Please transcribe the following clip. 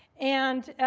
and